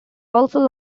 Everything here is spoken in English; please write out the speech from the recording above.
also